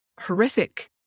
horrific